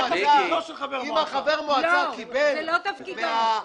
לא, זה לא תפקידו.